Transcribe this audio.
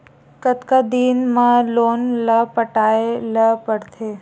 कतका दिन मा लोन ला पटाय ला पढ़ते?